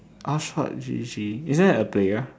hotshotgg isn't that a player